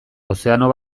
ozeano